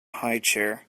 highchair